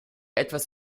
etwas